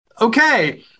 Okay